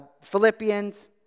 Philippians